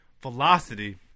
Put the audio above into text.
Velocity